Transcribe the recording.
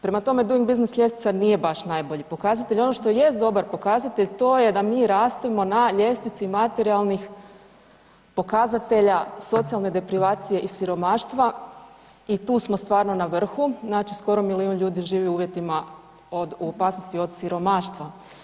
Prema tome, Doing Business ljestvica nije baš najbolji pokazatelj, ono što jest dobar pokazatelj, to je da mi rastemo na ljestvici materijalnih pokazatelja socijalne deprivacije i siromaštva i tu smo stvarno na vrhu, znači skoro milijun ljudi živi u uvjetima u opasnosti od siromaštva.